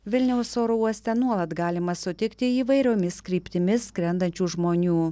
vilniaus oro uoste nuolat galima sutikti įvairiomis kryptimis skrendančių žmonių